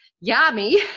Yummy